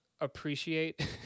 appreciate